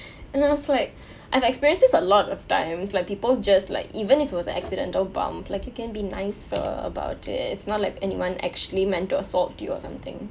and I was like I've experienced this a lot of times like people just like even if it was an accident a little bump like you can be nicer about it it's not like anyone actually meant to assault you or something